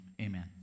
Amen